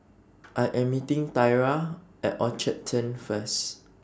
I Am meeting Thyra At Orchard Turn First